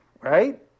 right